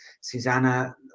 Susanna